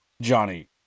Johnny